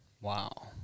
Wow